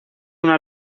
una